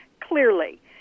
Clearly